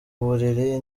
buriri